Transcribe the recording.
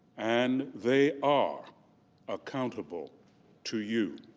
and they are accountable to you.